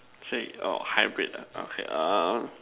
say or hybrid ah okay err